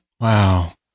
Wow